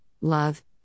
love